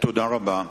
תודה רבה.